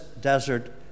desert